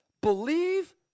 Believe